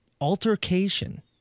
Altercation